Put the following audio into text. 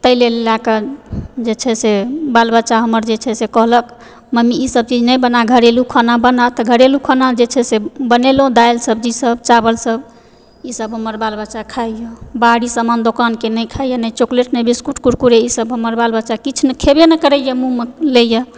ताहि लेल लऽ कऽ जे छै सऽ बाल बच्चा हमर जे छै से कहलक मम्मी ई सब चीज नहि बना घरेलू खाना बना तऽ घरेलू खाना जे छै सऽ बनेलहुॅं दालि सब्जी सब चावल सब ई सब हमर बाल बच्चा खाइए बाहरि सामान दोकान के नहि खाइए नहि चोकलेट नहि बिस्कुट कुरकुरे ई सब हमर बाल बच्चा किछु नहि खेबै नहि करेए मूँह मे लैए